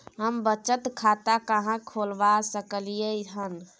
हम बचत खाता कहाॅं खोलवा सकलिये हन?